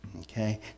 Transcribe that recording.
Okay